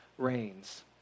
rains